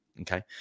okay